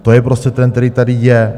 To je prostě trend, který tady je.